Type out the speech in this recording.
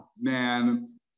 man